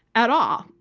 at all.